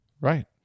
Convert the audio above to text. Right